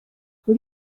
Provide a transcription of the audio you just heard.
will